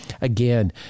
again